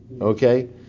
Okay